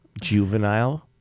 Juvenile